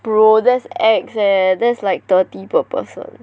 bro that's ex leh that's like thirty per person